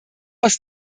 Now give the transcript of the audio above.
aus